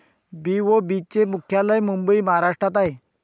BOB चे मुख्यालय मुंबई महाराष्ट्रात आहे